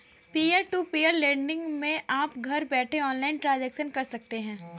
peer to peer lending मै आप घर बैठे ऑनलाइन ट्रांजेक्शन कर सकते है